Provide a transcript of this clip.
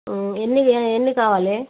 ఎన్ని ఎన్ని కావాలి